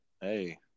Hey